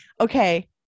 okay